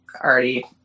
already